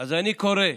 אז אני קורא,